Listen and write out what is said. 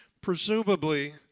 presumably